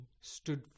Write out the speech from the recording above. stood